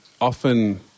often